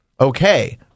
Okay